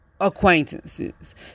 acquaintances